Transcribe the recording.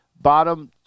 bottom